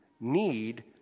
need